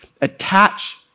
Attach